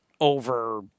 over